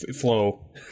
flow